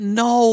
no